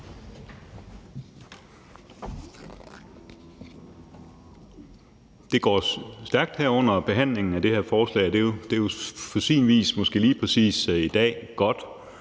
Det går stærkt her under behandlingen af det her forslag. Det er på sin vis måske lige præcis i dag godt,